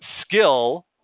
skill